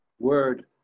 Word